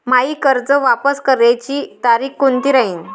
मायी कर्ज वापस करण्याची तारखी कोनती राहीन?